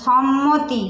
সম্মতি